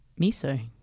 Miso